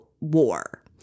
war